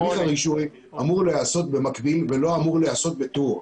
הרישוי אמור להיעשות במקביל ולא אמור להיעשות בטור.